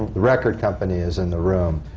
the record company is in the room.